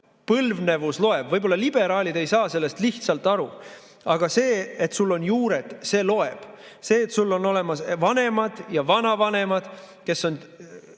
loeb, põlvnevus loeb. Võib-olla liberaalid ei saa sellest lihtsalt aru. Aga see, et sul on juured, see loeb. See, et sul on olemas vanemad ja vanavanemad, kellel